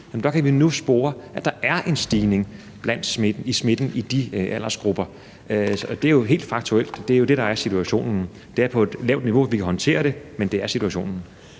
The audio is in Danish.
kan vi nu spore, at der er en stigning i smitten i de aldersgrupper. Det er jo helt faktuelt, og det er det, der er situationen. Det er på et lavt niveau, og vi kan håndtere det, men det er situationen.